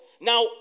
Now